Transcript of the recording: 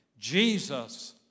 Jesus